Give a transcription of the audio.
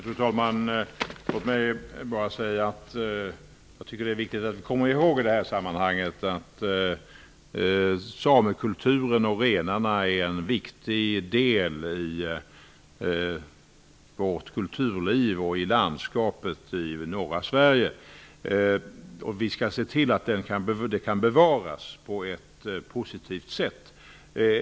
Fru talman! Låt mig bara säga att jag tycker att det i det här sammanhanget är viktigt att komma ihåg att samekulturen och renarna är en viktig del i vårt kulturliv och i landskapet i norra Sverige. Vi skall se till att det kan bevaras på ett positivt sätt.